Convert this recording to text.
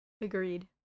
Agreed